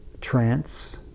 trance